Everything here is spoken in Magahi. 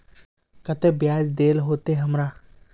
केते बियाज देल होते हमरा?